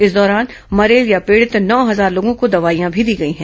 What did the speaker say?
इस दौरान मलेरिया पीड़ित नौ हजार लोगों को दवाइयां भी दी गई हैं